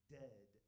dead